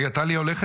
רגע, טלי הולכת?